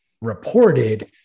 reported